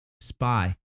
SPY